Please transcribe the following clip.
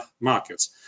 markets